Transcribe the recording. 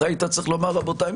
אתה היית צריך לומר: רבותיי,